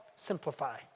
Simplify